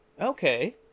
okay